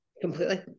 Completely